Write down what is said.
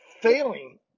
failing